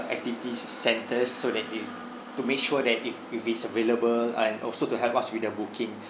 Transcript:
activities centres so that they to make sure that if if it's available and also to help us with the booking